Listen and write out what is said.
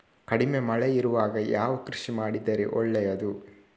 ಕಡಿಮೆ ಮಳೆ ಇರುವಾಗ ಯಾವ ಕೃಷಿ ಮಾಡಿದರೆ ಒಳ್ಳೆಯದು?